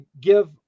give